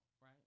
right